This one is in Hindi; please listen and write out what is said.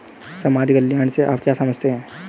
समाज कल्याण से आप क्या समझते हैं?